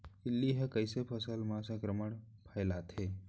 इल्ली ह कइसे फसल म संक्रमण फइलाथे?